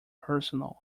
personal